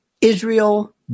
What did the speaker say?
Israel